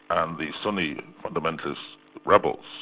and the sunni fundamentalist rebels.